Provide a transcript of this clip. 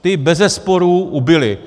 Ty bezesporu ubyly.